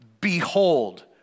behold